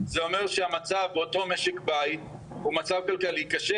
זה אומר שהמצב באותו משק בית הוא מצב כלכלי קשה.